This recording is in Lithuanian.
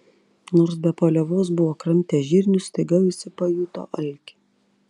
nors be paliovos buvo kramtę žirnius staiga visi pajuto alkį